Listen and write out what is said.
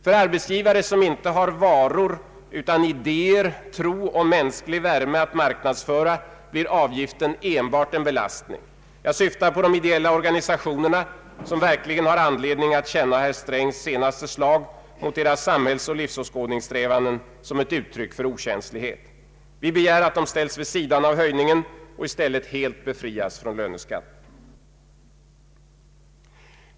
För arbetsgivare som inte har varor utan idéer, tro och mänsklig värme att marknadsföra blir avgiftshöjningen enbart en belastning. Jag syftar på de ideella organisationerna, som verkligen har anledning att känna herr Strängs senaste slag mot deras samhällsoch livsåskådningssträvanden som ett uttryck för okänslighet. Vi begär att de ställs vid sidan av höjningen och i stället helt befrias från löneskatten.